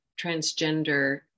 transgender